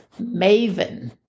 Maven